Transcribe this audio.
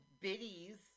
biddies